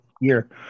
year